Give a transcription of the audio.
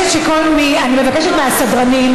בעד חיים כץ,